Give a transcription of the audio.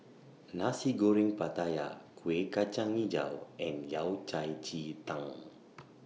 Nasi Goreng Pattaya Kuih Kacang Hijau and Yao Cai Ji Tang